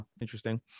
interesting